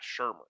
Shermer